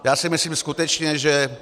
Já si myslím skutečně, že...